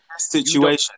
Situation